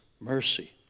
Mercy